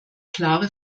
klare